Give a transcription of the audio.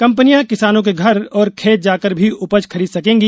कंपनियां किसानों के घर और खेत जाकर भी उपज खरीद सकेंगी